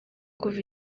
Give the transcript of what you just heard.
kuva